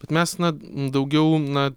bet mes na daugiau na